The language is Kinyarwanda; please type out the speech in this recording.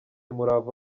umurava